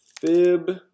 Fib